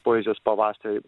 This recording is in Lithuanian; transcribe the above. poezijos pavasarį